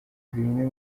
bimwe